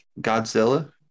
Godzilla